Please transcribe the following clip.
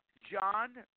John